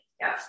yes